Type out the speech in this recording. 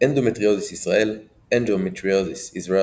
אנדומטריוזיס ישראל - Endometriosis Israel